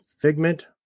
Figment